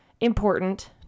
important